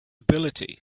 ability